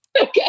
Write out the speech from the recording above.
Okay